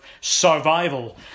survival